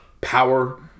power